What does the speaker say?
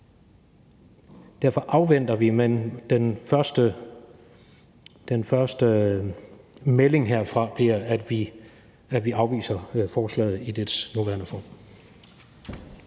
Derfor afventer vi, men den første melding herfra bliver, at vi afviser forslaget i dets nuværende form.